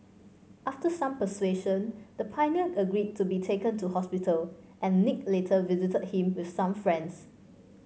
after some persuasion the pioneer agreed to be taken to hospital and Nick later visited him with some friends